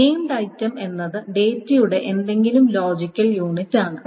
named item എന്നത് ഡാറ്റയുടെ ഏതെങ്കിലും ലോജിക്കൽ യൂണിറ്റ് ആണ്